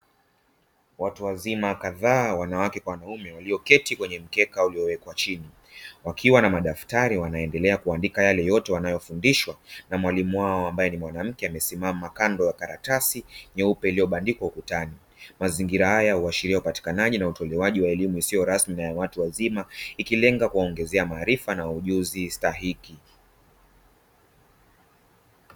Watu wazima kadhaa wanawake kwa wanaume walioketi kwenye mkeka uliowekwa chini, wakiwa na madaftari wanaendelea kuandika yale yote wanayofundishwa na mwalimu wao, ambaye ni mwanamke amesimama kando ya karatasi nyeupe, ambayo iliyobandikwa ukutani. Mazingira haya huashiria upatikanaji na utolewaji wa elimu isiyo rasmi ya watu wazima ikilenga kuwaongezea maarifa na ujuzi stahiki.